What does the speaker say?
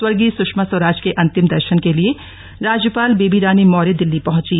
स्वर्गीय सुषमा स्वराज के अंतिम दर्शन के लिए राज्यपाल बेबी रानी मौर्य दिल्ली पहुंची